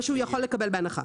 מה שהוא יכול לקבל בהנחה.